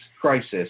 crisis